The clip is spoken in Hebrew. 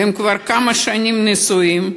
והם כבר כמה שנים נשואים,